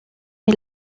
est